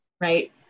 right